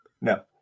No